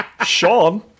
Sean